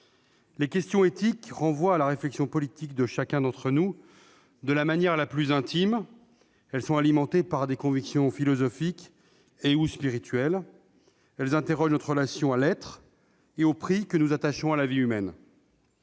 les questions éthiques renvoient à la réflexion politique de chacun d'entre nous de la manière la plus intime. Elles sont alimentées par des convictions philosophiques ou encore spirituelles. Elles interrogent notre relation à l'être et le prix que nous attachons à la vie humaine.